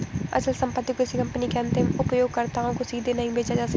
अचल संपत्ति को किसी कंपनी के अंतिम उपयोगकर्ताओं को सीधे नहीं बेचा जा सकता है